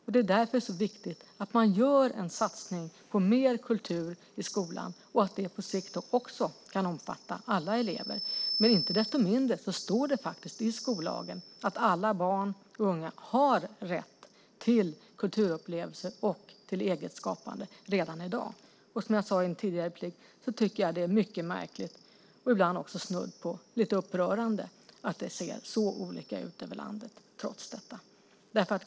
Därför är det så viktigt att man gör en satsning på mer kultur i skolan och att den på sikt kan omfatta alla elever. Inte desto mindre står det faktiskt redan i dag i skollagen att alla barn har rätt till kulturupplevelser och eget skapande. Som jag sade i ett tidigare inlägg tycker jag att det är märkligt och ibland snudd på upprörande att det trots detta ser så olika ut över landet.